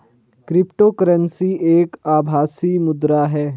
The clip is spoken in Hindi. क्रिप्टो करेंसी एक आभासी मुद्रा है